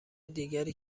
دیگری